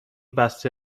بسته